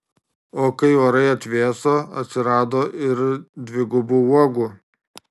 o kai orai atvėso atsirado ir dvigubų uogų